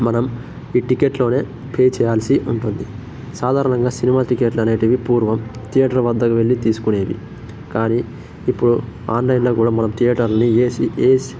మనం ఈ టికెట్లోనే పే చేయాల్సి ఉంటుంది సాధారణంగా సినిమా టికెట్లనేటివి పూర్వం థియేటర్ వద్దకు వెళ్ళి తీసుకొనేవి కానీ ఇప్పుడు ఆన్లైన్లో కూడా మనం థియేటర్ని ఏసీ ఏ